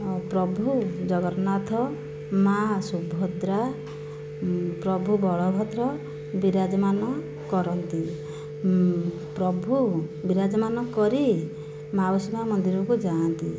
ମୋ ପ୍ରଭୁ ଜଗନ୍ନାଥ ମା' ସୁଭଦ୍ରା ପ୍ରଭୁ ବଳଭଦ୍ର ବିରାଜମାନ କରନ୍ତି ପ୍ରଭୁ ବିରାଜମାନ କରି ମାଉସୀ ମା' ମନ୍ଦିରକୁ ଯାଆନ୍ତି